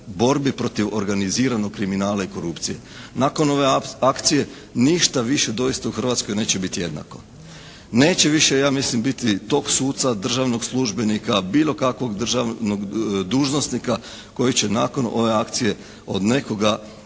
borbi protiv organiziranog kriminala i korupcije. Nakon ove akcije ništa više doista u Hrvatskoj neće biti jednako. Neće više ja mislim biti tog suca, državnog službenika, bilo kakvog državnog dužnosnika koji će nakon ove akcije od nekoga